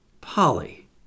Polly